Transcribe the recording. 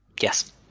Yes